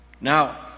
Now